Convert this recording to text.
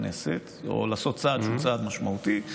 כנסת או לעשות צעד שהוא צעד משמעותי,